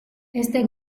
este